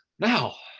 now